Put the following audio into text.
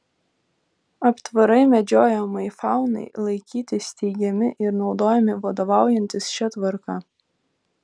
aptvarai medžiojamajai faunai laikyti steigiami ir naudojami vadovaujantis šia tvarka